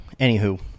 anywho